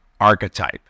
archetype